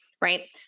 right